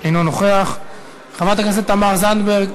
אינו נוכח, חברת הכנסת תמר זנדברג,